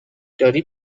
داری